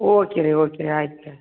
okay ರೀ okay ಆಯ್ತು